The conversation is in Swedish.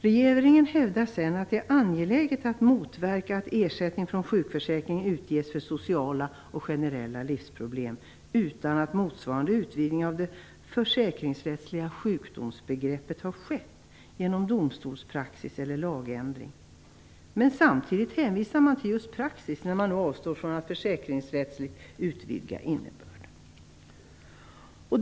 Regeringen hävdar sedan att det är angeläget att motverka att ersättning från sjukförsäkringen utges för sociala och generella livsproblem utan att motsvarande utvidgning av det försäkringsrättsliga sjukdomsbegreppet har skett genom domstolspraxis eller lagändring. Samtidigt hänvisar man till just praxis, när man nu avstår från att försäkringsrättsligt utvidga innebörden.